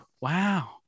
Wow